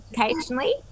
occasionally